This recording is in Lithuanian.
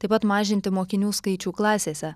taip pat mažinti mokinių skaičių klasėse